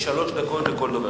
יש שלוש דקות לכל דובר.